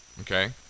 okay